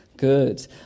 Good